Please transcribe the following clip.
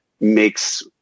makes